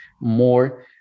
more